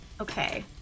Okay